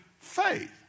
faith